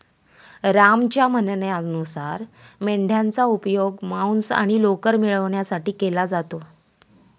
रामच्या म्हणण्यानुसार मेंढयांचा उपयोग मांस आणि लोकर मिळवण्यासाठी केला जातो